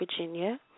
Virginia